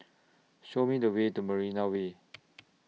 Show Me The Way to Marina Way